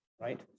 right